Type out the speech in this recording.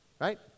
right